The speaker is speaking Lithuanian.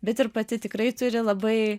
bet ir pati tikrai turi labai